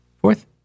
Fourth